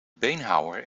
beenhouwer